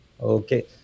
okay